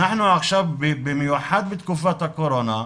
אנחנו עכשיו, במיוחד בתקופת הקורונה,